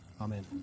Amen